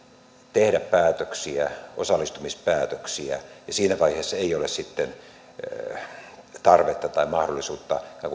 tehdä päätöksiä osallistumispäätöksiä siinä vaiheessa ei ole tarvetta tai mahdollisuutta